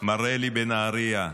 מרלי בנהריה.